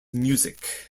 music